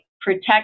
Protect